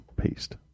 Paste